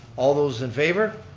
all those in favor.